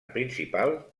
principal